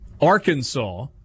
Arkansas